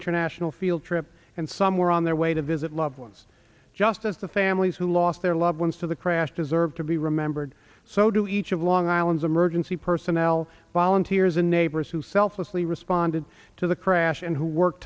international field trip and some were on their way to visit loved ones just as the families who lost their loved ones to the crash deserve to be remembered so to each of long island's emergency personnel volunteers and neighbors who selflessly responded to the crash and who work